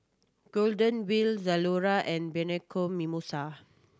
Golden Wheel Zalora and Bianco Mimosa